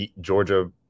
Georgia